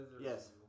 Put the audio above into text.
Yes